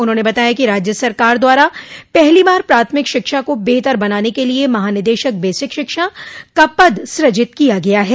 उन्होंने बताया कि राज्य सरकार द्वारा पहली बार प्राथमिक शिक्षा को बेहतर बनाने के लिये महानिदेशक बेसिक शिक्षा का पद सूजित किया गया है